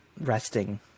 resting